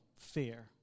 fear